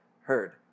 heard